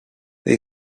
they